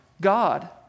God